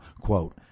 quote